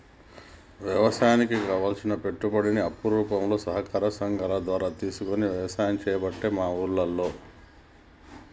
వ్యవసాయానికి కావలసిన పెట్టుబడిని అప్పు రూపంల సహకార సంగాల ద్వారా తీసుకొని వ్యసాయం చేయబట్టే మా ఉల్లోళ్ళు